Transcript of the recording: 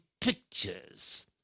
pictures